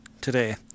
today